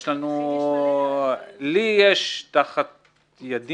לי יש תחת ידי